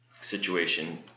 Situation